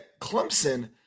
Clemson